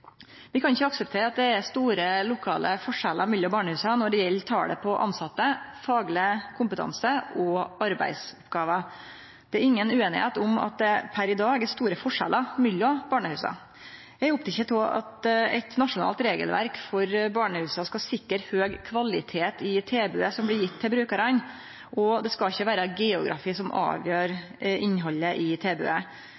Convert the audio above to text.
Vi kan ikkje akseptere at det er store lokale forskjellar mellom barnehusa når det gjeld talet på tilsette, fagleg kompetanse og arbeidsoppgåver. Det er inga ueinigheit om at det per i dag er store forskjellar mellom barnehusa. Eg er oppteken av at eit nasjonalt regelverk for barnehusa skal sikre høg kvalitet i tilbodet som blir gjeve til brukarane, og det skal ikkje vere geografi som avgjer